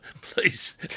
please